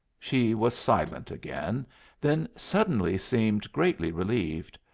she was silent again then suddenly seemed greatly relieved.